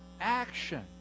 action